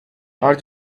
are